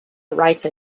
writer